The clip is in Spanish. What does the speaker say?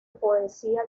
poesía